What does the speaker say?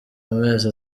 amezi